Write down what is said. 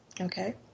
Okay